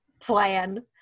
plan